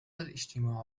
الإجتماع